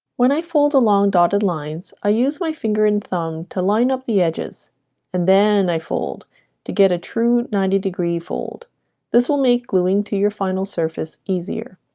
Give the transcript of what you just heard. when i fold along dotted lines i use my finger and thumb to line up the edges and then i fold to get a true ninety degree fold this will make gluing to your final surface easier